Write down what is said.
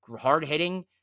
Hard-hitting